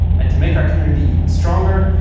and to make our community even stronger,